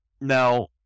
now